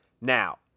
Now